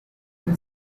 twin